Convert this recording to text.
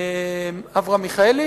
אברהם מיכאלי